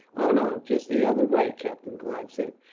oh no, just the other way, captain clive said.